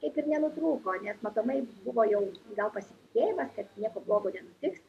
taip ir nenutrūko nes matomai buvo jau gal pasitikėjimas kad nieko blogo nenutiks